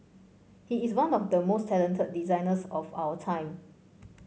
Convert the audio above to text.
he is one of the most talented designers of our time